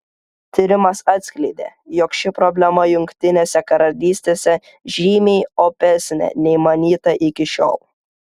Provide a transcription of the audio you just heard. tyrimas atskleidė jog ši problema jungtinėje karalystė žymiai opesnė nei manyta iki šiol